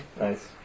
Nice